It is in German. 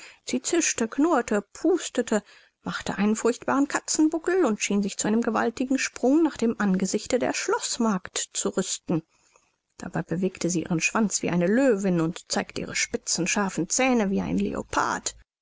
sie zischte knurrte pustete machte einen furchtbaren katzenbuckel und schien sich zu einem gewaltigen sprung nach dem angesichte der schloßmagd zu rüsten dabei bewegte sie ihren schwanz wie eine löwin und zeigte ihre spitzen scharfen zähne wie ein leopard